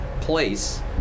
place